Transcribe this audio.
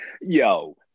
Yo